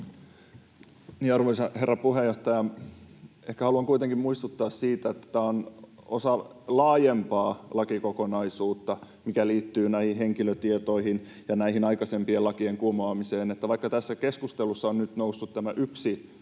Arvoisa herra puheenjohtaja! Ehkä haluan kuitenkin muistuttaa siitä, että tämä on osa laajempaa lakikokonaisuutta, mikä liittyy näihin henkilötietoihin ja näiden aikaisempien lakien kumoamiseen. Vaikka tässä keskustelussa on nyt noussut tämä yksi kulma